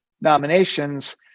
nominations